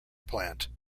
plant